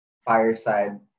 fireside